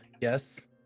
yes